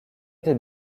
était